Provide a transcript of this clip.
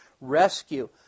rescue